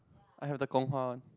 I have the one